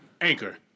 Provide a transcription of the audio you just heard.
anchor